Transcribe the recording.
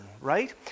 right